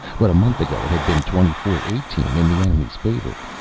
but a month ago it had been twenty four eighteen in the enemy's favor.